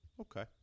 Okay